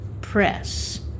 Press